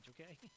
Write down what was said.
okay